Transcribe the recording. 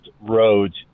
roads